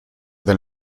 del